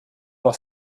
noch